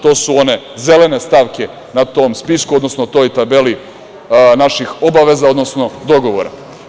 To su one zelene stavke na tom spisku, odnosno na toj tabeli naših obaveza, odnosno dogovora.